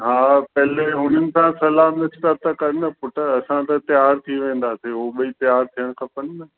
हा पहले हुननि सां सलाह मशविरा त कर न पुटु असां त तयारु थी वेंदासीं उहो ॿई तयारु थियणु खपनि न